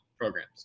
programs